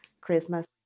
Christmas